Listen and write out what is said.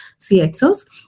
CXOs